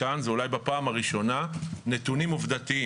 כאן זה אולי בפעם הראשונה נתונים עובדתיים.